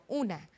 una